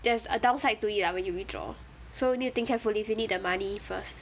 there's a downside to it uh when you withdraw so need to think carefully if you need the money first